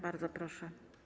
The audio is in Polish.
Bardzo proszę.